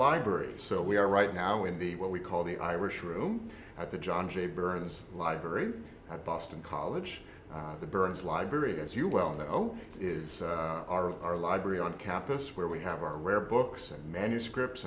libraries so we are right now in the what we call the irish room at the john jay burns library i boston college the burns library as you well know is our of our library on capice where we have our rare books and manuscripts